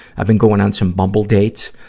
i've been going on some bumble dates,